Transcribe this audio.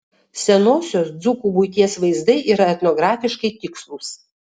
senosios dzūkų buities vaizdai yra etnografiškai tikslūs